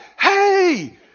hey